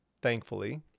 thankfully